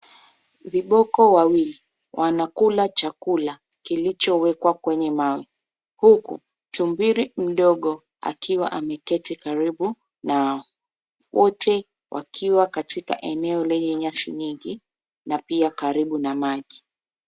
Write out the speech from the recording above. Viboko wawili wanakula chakula kilichowekwa kwenye mawe, huku tumb𝑙i mdogo akiwa ameketi karibu nao. Wote wakiwa katika eneo lenye nyasi 𝑛𝑦𝑖𝑛𝑔𝑖 na pia karibu na maji.